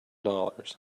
dollars